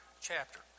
chapter